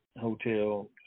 hotel